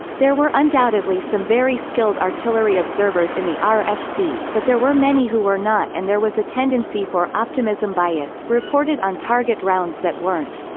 there were undoubtedly some very skilled artillery observers in the rfc, but there were many who were not and there was a tendency for optimism bias reported on-target rounds that weren't.